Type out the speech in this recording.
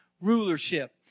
rulership